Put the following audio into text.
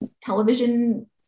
television